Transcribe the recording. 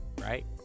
right